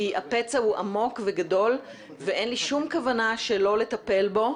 הפצע הוא עמוק וגדול ואין לי שום כוונה שלא לטפל בו,